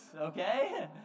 Okay